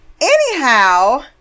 anyhow